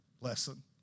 lesson